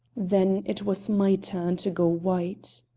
then it was my turn to go white.